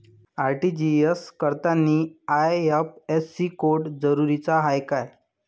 RTGS करतांनी IFSC code जरुरीचा हाय का?